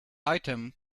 item